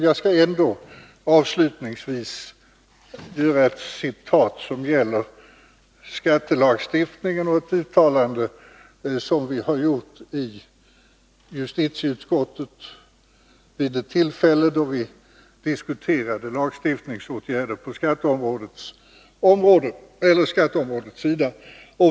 Jag skall ändå avslutningsvis läsa upp ett citat som gäller skattelagstiftningen och ingår i ett uttalande som vi gjort i justitieutskottet vid ett tillfälle då vi diskuterade lagstiftningsåtgärder på skatteområdet.